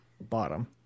bottom